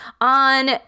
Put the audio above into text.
on